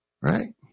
Right